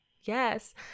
Yes